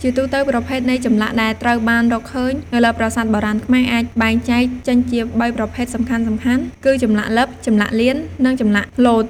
ជាទូទៅ ប្រភេទនៃចម្លាក់ដែលត្រូវបានរកឃើញនៅលើប្រាសាទបុរាណខ្មែរអាចបែងចែកចេញជាបីប្រភេទសំខាន់ៗគឺ ចម្លាក់លិប ចម្លាក់លៀន និង ចម្លាក់លោត។